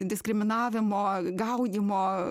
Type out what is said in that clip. diskriminavimo gaudymo